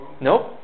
Nope